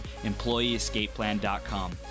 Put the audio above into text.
EmployeeEscapePlan.com